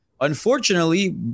unfortunately